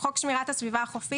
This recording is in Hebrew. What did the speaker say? חוק שמירת הסביבה החופית,